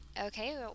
okay